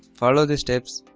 follow the steps